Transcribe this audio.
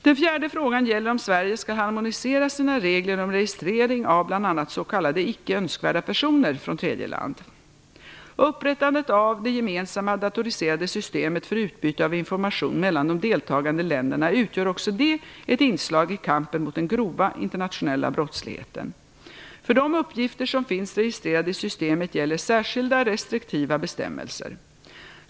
Den fjärde frågan gäller om Sverige skall harmonisera sina regler om registrering av bland annat s.k. Upprättandet av det gemensamma datoriserade systemet för utbyte av information mellan de deltagande länderna utgör också det ett inslag i kampen mot den grova internationella brottsligheten. För de uppgifter som finns registrerade i systemet gäller särskilda, restriktiva bestämmelser.